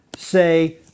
say